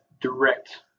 direct